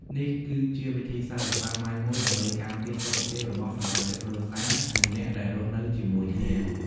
នេះគឺជាវិធីសាស្ត្រដ៏សាមញ្ញមួយដើម្បីការពារសុខភាពរបស់សមាជិកគ្រួសារ និងអ្នកដែលរស់នៅជាមួយគ្នា។